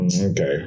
Okay